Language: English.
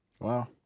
wow